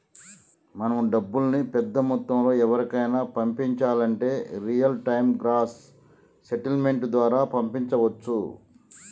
మనం డబ్బుల్ని పెద్ద మొత్తంలో ఎవరికైనా పంపించాలంటే రియల్ టైం గ్రాస్ సెటిల్మెంట్ ద్వారా పంపించవచ్చు